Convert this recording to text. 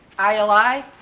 i l i,